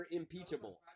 impeachable